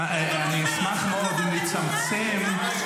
אתה לא מתבייש?